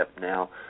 now